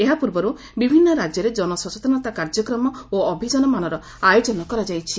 ଏହା ପୂର୍ବରୁ ବିଭିନ୍ନ ରାଜ୍ୟରେ ଜନ ସଚେତନତା କାର୍ଯ୍ୟକ୍ରମ ଓ ଅଭିଯାନମାନର ଆୟୋଜନ କରାଯାଇଛି